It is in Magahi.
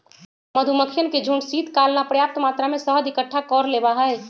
मधुमक्खियन के झुंड शीतकाल ला पर्याप्त मात्रा में शहद इकट्ठा कर लेबा हई